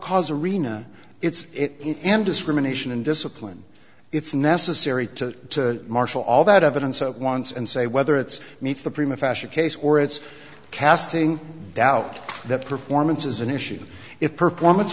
cars arena it's it and discrimination and discipline it's necessary to marshal all that evidence of once and say whether it's meets the prima fashion case or it's casting doubt that performance is an issue if performance